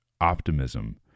optimism